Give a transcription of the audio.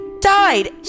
died